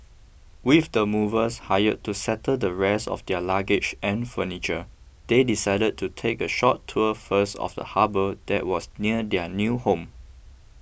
with the movers hired to settle the rest of their luggage and furniture they decided to take a short tour first of the harbour that was near their new home